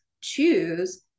choose